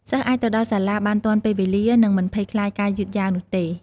សិស្សអាចទៅដល់សាលាបានទាន់ពេលវេលានិងមិនភ័យខ្លាចការយឺតយ៉ាវនោះទេ។